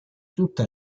tutte